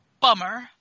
bummer